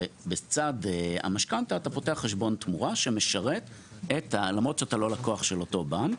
בצד המשכנתא אתה פותח חשבון תמורה למרות שאתה לא לקוח של אותו בנק